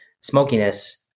smokiness